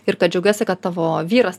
ir džiaugiuosi kad tavo vyras